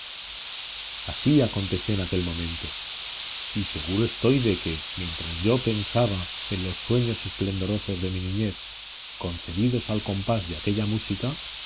así aconteció en aquel momento y seguro estoy de que mientras yo pensaba en los sueños esplendorosos de mi niñez concebidos al compás de aquella música